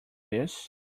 this